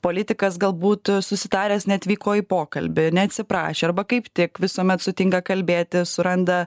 politikas galbūt susitaręs neatvyko į pokalbį neatsiprašė arba kaip tik visuomet sutinka kalbėti suranda